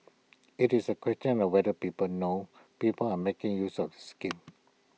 IT is A question of whether people know people are making use of schemes